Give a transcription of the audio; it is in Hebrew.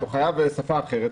למשל,